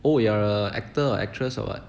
oh you're a actor or actress or what